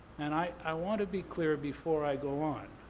and i i want to be clear before i go on.